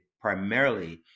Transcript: primarily